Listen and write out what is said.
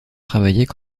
travaillaient